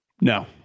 No